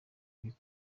kubera